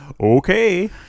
Okay